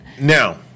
now